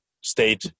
state